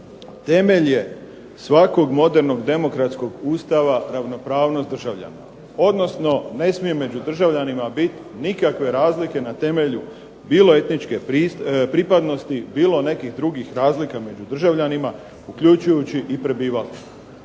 temelj je svakog modernog demokratskog Ustava ravnopravnost državljana, odnosno ne smije među državljanima biti nikakve razlike na temelju bilo etničke pripadnosti, bilo nekih drugih razlika među državljanima uključujući i prebivalište.